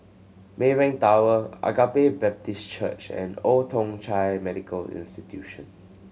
Maybank Tower Agape Baptist Church and Old Thong Chai Medical Institution